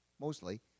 mostly